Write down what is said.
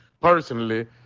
personally